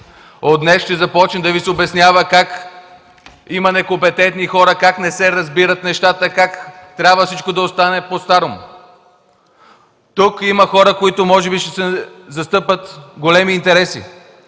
От днес ще започне да Ви се обяснява как има некомпетентни хора, как не се разбират нещата, как всичко трябва да остане постарому! Тук има хора – може би ще се застъпят големи интереси!